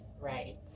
Right